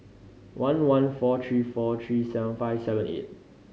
one one four three four three seven five seven eight